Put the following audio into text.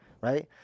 Right